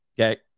Okay